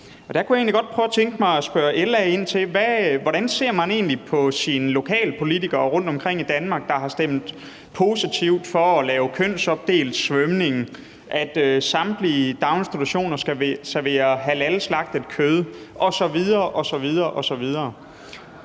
egentlig ser på sine lokalpolitikere rundtomkring i Danmark, der positivt har stemt for at lave kønsopdelt svømning, at samtlige daginstitutioner skal servere halalslagtet kød osv. osv. Er det